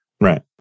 Right